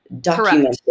documented